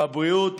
בבריאות,